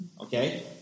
Okay